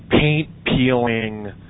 paint-peeling